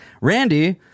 Randy